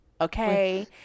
okay